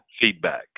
feedback